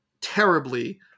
terribly